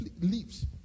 leaves